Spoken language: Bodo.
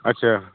आदसा